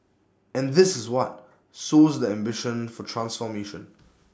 and this is what sows the ambition for transformation